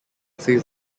says